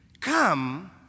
Come